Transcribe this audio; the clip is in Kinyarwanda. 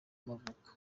y’amavuko